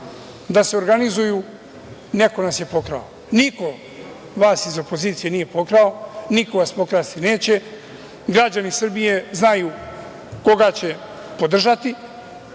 da se organizuju, neko nas je pokrao. Niko vas iz opozicije nije pokrao, niko vas pokrsti neće, građani Srbije znaju koga će podržati,